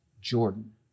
Jordan